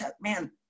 man